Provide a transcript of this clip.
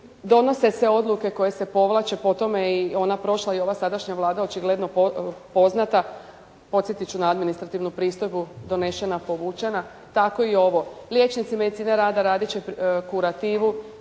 donose se odluke koje se povlače po tome i ona prošla i ova sadašnja Vlada očigledno poznata, podsjetit ću na administrativnu pristojbu donešena povučena tako i ovo. Liječnici medicine rada radit će kurativu.